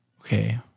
Okay